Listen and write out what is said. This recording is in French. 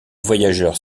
voyageurs